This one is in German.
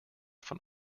vom